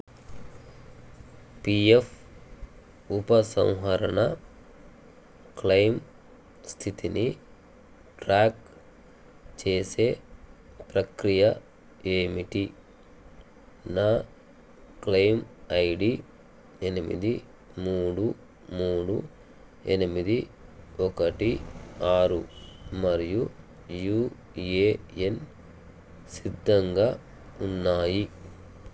PF ఉపసంహరణ claim స్థితిని track చేసే ప్రక్రియ ఏమిటి నా క్లెయిమ్ ఐడి ఎనిమిది మూడు మూడు ఎనిమిది ఒకటి ఆరు మరియు యూఏఎన్ సిద్ధంగా ఉన్నాయి